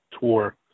tour